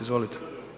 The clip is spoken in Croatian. Izvolite.